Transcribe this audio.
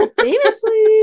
famously